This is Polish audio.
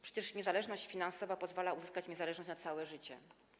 Przecież niezależność finansowa pozwala uzyskać niezależność na całe życie.